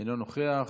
אינו נוכח.